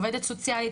העובדת סוציאלית,